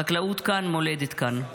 חקלאות כאן, מולדת כאן.